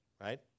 right